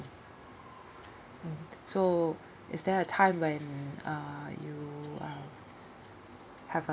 mm so is there a time when uh you uh have a